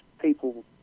people